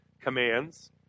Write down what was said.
commands